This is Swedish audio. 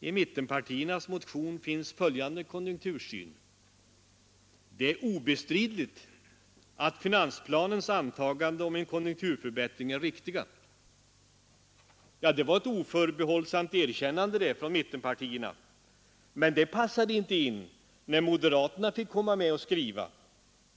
I mittenpartiernas motion finns följande konjunktursyn: ”Det är obestridligt att finansplanens antaganden om en konjunkturförbättring är riktiga.” Det oförbehållsamma erkännandet från mittenpartierna passade inte när moderaterna fick komma med och skriva.